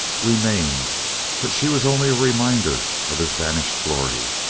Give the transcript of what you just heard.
remained but she was only a reminder of his vanished glory.